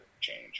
change